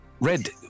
Red